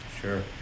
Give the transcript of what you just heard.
Sure